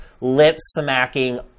lip-smacking